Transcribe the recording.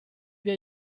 wir